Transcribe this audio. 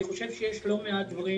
אני חושב שיש לא מעט דברים